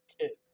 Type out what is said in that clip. kids